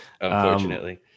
Unfortunately